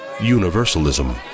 Universalism